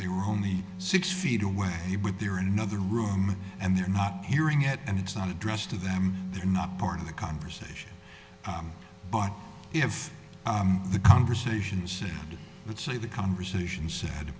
they were only six feet away with their in another room and they're not hearing it and it's not addressed to them they're not part of the conversation but if the conversations let's say the conversation